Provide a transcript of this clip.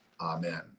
Amen